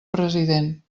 president